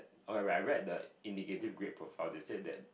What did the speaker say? okay when I read the indicating grad profile they said that